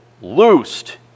loosed